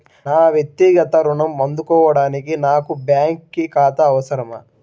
నా వక్తిగత ఋణం అందుకోడానికి నాకు బ్యాంక్ ఖాతా అవసరమా?